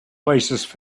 places